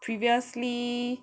previously